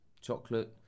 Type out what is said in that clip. Chocolate